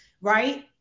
right